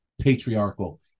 patriarchal